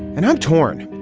and i'm torn.